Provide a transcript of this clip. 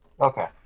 Okay